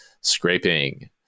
scraping